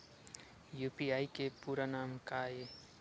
UPI के पूरा नाम का ये?